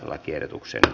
lakiehdotuksen